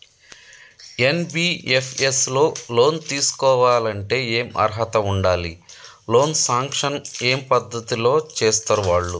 NBFS లో loan తీస్కోవాలంటే ఏం అర్హత ఉండాలి? లోన్ సాంక్షన్ ఏ పద్ధతి లో చేస్తరు వాళ్లు?